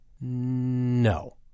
No